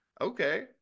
Okay